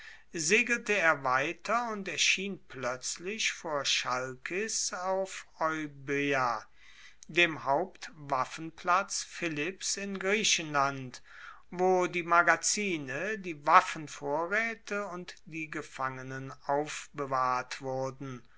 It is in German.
segelte er weiter und erschien ploetzlich vor chalkis auf euboea dem hauptwaffenplatz philipps in griechenland wo die magazine die waffenvorraete und die gefangenen aufbewahrt wurden